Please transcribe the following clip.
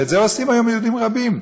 ואת זה עושים היום יהודים רבים.